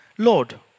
Lord